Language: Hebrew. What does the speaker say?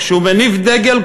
כשהוא מניף דגל,